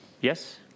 Yes